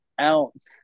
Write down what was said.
ounce